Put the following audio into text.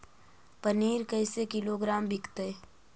पनिर कैसे किलोग्राम विकतै?